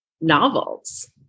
novels